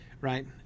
right